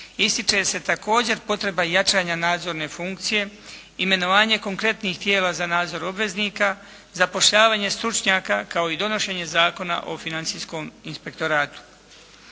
ističe se također potreba jačanja nadzorne funkcije, imenovanje konkretnih tijela za nadzor obveznika, zapošljavanje stručnjaka kao i donošenje Zakona o Financijskom inspektoratu.